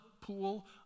pool